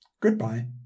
Goodbye